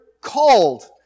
called